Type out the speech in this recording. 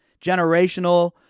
Generational